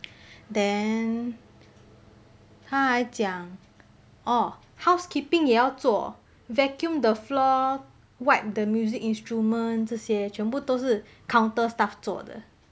then 她还讲 orh housekeeping 也要做 vacuum the floor wipe the music instrument 这些全部都是 counter staff 做的